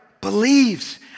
believes